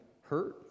hurt